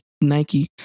nike